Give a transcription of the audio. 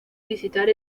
visitar